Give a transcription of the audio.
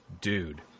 dude